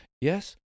Yes